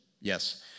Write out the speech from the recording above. Yes